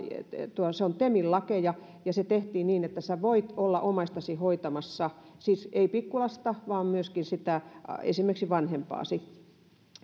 se on temin lakeja ja se tehtiin niin että voit olla omaistasi hoitamassa siis ei pikkulasta vaan myöskin esimerkiksi vanhempaasi